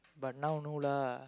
but now no lah